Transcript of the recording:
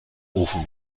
ofen